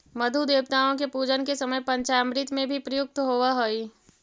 मधु देवताओं के पूजन के समय पंचामृत में भी प्रयुक्त होवअ हई